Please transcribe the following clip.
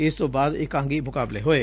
ਇਸ ਤੋਂ ਬਾਅਦ ਇਕਾਂਗੀ ਮੁਕਾਬਲੇ ਹੋਏ